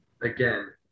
again